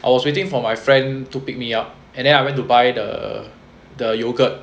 I was waiting for my friend to pick me up and then I went to buy the the yogurt